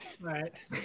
Right